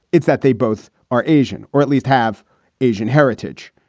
it's that they both are asian or at least have asian heritage.